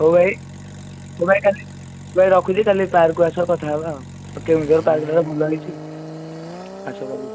ହଉ ଭାଇ ହଉ ଭାଇ କାଲି ହଉ ଭାଇ ରଖୁଛି କାଲି ପାର୍କ୍କୁ ଆସ କଥା ହେବା ଆଉ ଆସ କାଲି